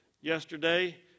Yesterday